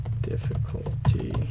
difficulty